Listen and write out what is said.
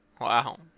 Wow